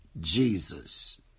Jesus